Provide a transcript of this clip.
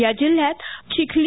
या जिल्ह्यात चिखली